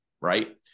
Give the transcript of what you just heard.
right